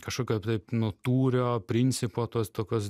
kažkokio taip nu tūrio principo tuos tokios